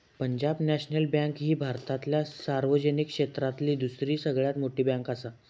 Punjab national bank ही भारतातल्या सार्वजनिक क्षेत्रातली दुसरी सगळ्यात मोठी बँकआसा